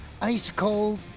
ice-cold